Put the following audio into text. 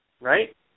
right